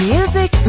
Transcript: Music